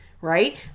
right